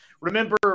remember